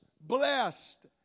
blessed